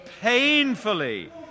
painfully